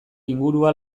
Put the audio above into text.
ingurua